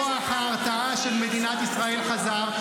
כוח ההרתעה של מדינת ישראל חזר,